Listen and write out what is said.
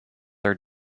are